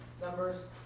numbers